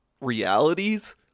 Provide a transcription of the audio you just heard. realities